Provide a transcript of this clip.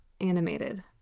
animated